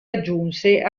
aggiunse